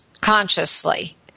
consciously